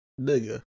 Nigga